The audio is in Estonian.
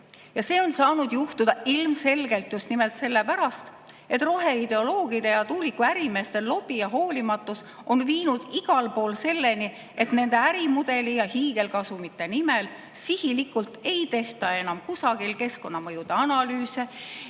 Ja see on saanud juhtuda ilmselgelt just nimelt selle pärast, et roheideoloogide ja tuulikuärimeeste lobi ja hoolimatus on viinud igal pool selleni, et nende ärimudeli ja hiigelkasumite nimel sihilikult ei tehta enam kuskil keskkonnamõju analüüsi